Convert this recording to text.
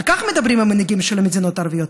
על כך מדברים המנהיגים של המדינות הערביות.